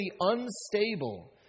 unstable